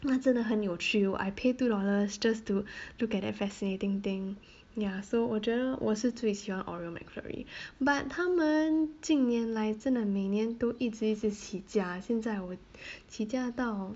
那真的很有趣 I pay two dollars just to look at that fascinating thing ya so 我觉得我是最喜欢 oreo mcflurry but 他们近年来真的每年都一直一直起价现在我起价到